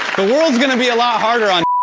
the world's gonna be a lot harder on